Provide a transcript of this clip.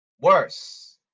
Worse